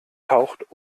taucht